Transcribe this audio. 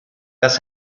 das